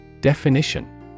Definition